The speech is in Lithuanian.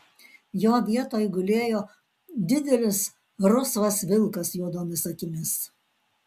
jo vietoj gulėjo didelis rusvas vilkas juodomis akimis